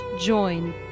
join